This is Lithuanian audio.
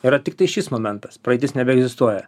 yra tiktai šis momentas praeitis nebeegzistuoja